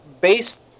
based